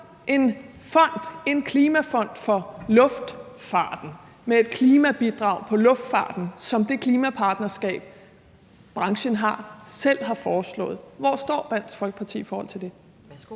en klimafond, for luftfarten med et klimabidrag til luftfarten som det klimapartnerskab, branchen selv har foreslået, hvor står Dansk Folkeparti i forhold til det?